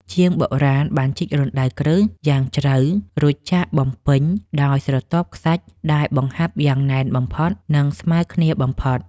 ជាងបុរាណបានជីករណ្តៅគ្រឹះយ៉ាងជ្រៅ រួចចាក់បំពេញដោយស្រទាប់ខ្សាច់ដែលបង្ហាប់យ៉ាងណែនបំផុត និង ស្មើគ្នាបំផុត។